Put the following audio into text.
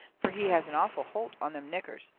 fur he has an awful holt on them niggers,